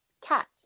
cat